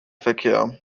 verkehr